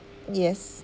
yes